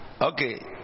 Okay